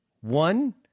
one